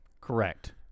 Correct